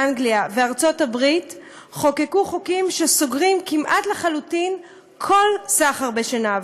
אנגליה וארצות הברית חוקקו חוקים שסוגרים כמעט לחלוטין כל סחר בשנהב.